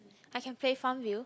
I can play Farmville